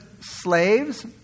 Slaves